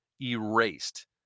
erased